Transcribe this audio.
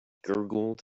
gurgled